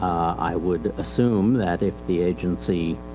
i would assume that if the agency,